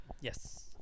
Yes